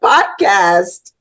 Podcast